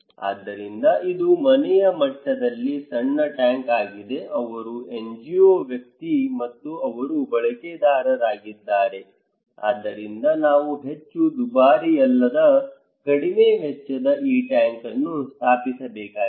ಆದ್ದರಿಂದ ಇದು ಮನೆಯ ಮಟ್ಟದಲ್ಲಿ ಸಣ್ಣ ಟ್ಯಾಂಕ್ ಆಗಿದೆ ಅವರು NGO ವ್ಯಕ್ತಿ ಮತ್ತು ಅವರು ಬಳಕೆದಾರರಾಗಿದ್ದಾರೆ ಆದ್ದರಿಂದ ನಾವು ಹೆಚ್ಚು ದುಬಾರಿಯಲ್ಲದ ಕಡಿಮೆ ವೆಚ್ಚದ ಈ ಟ್ಯಾಂಕ್ ಅನ್ನು ಸ್ಥಾಪಿಸಬೇಕಾಗಿದೆ